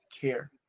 care